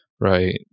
right